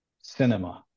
Cinema